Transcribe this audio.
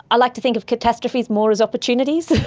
i like to think of catastrophes more as opportunities.